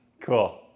Cool